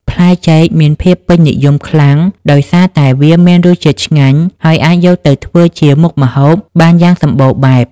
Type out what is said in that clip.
ផ្លែចេកមានភាពពេញនិយមខ្លាំងដោយសារតែវាមានរសជាតិឆ្ងាញ់ ហើយអាចយកទៅធ្វើជាមុខម្ហូបបានយ៉ាងសម្បូរបែប។